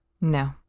No